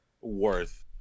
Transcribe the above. worth